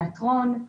תיאטרון,